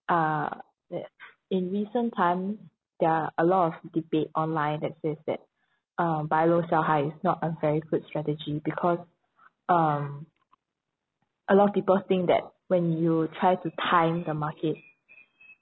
uh that in recent times there are a lot of debate online that says that uh buy low sell high is not a very good strategy because um a lot of people think that when you try to time the market